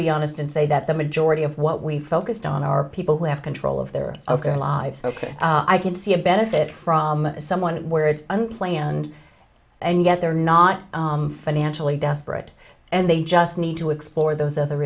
be honest and say that the majority of what we focused on are people who have control of their ok lives ok i can see a benefit from someone where it's unplanned and yet they're not financially desperate and they just need to explore those other